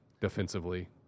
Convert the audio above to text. defensively